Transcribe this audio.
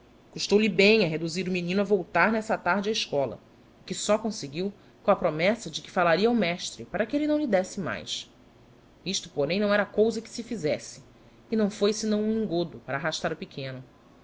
custou-lhe bem a reduzir o menino a voltar nessa tarde á escola o que s conseguiu com a promessa de que fallaria ao mestre para que elle não lhe desse mais isto porém não era cousa que se fizesse e não foi senão um engodo para arrastar o pequeno